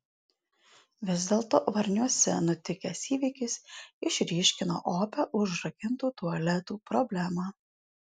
vis dėlto varniuose nutikęs įvykis išryškino opią užrakintų tualetų problemą